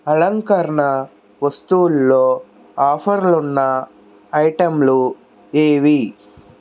అలంకరణ వస్తువుల్లో ఆఫర్లు ఉన్న ఐటెంలు ఏవి